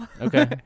Okay